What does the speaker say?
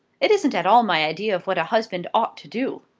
it isn't at all my idea of what a husband ought to do.